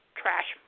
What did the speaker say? trash